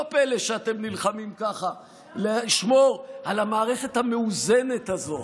לא פלא שאתם נלחמים ככה לשמור על המערכת המאוזנת הזאת,